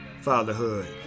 fatherhood